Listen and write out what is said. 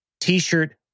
t-shirt